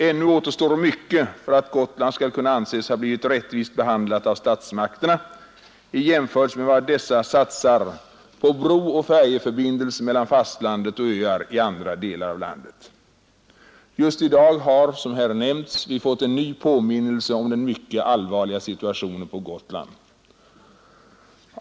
Ännu återstår mycket för att Gotland skall kunna anses ha blivit rättvist behandlat av statsmakterna i jämförelse med satsningen på brooch färjeförbindelser mellan fastlandet och öar i andra delar av landet. Just i dag har vi, som här nämnts, fått en ny påminnelse om den mycket allvarliga situationen på Gotland.